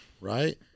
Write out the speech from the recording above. right